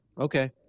okay